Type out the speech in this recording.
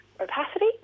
opacity